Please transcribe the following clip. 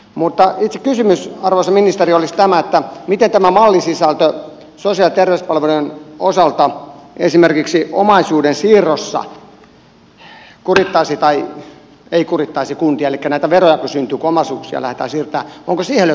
mutta itse kysymys arvoisa ministeri olisi tämä miten tämän mallin sisältö sosiaali ja terveyspalvelujen osalta esimerkiksi omaisuuden siirrossa kurittaisi tai ei kurittaisi kuntia elikkä kun näitä veroja syntyy kun omaisuuksia lähdetään siirtämään niin onko siihen löytynyt mitään ratkaisua